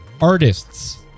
Artists